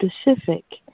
specific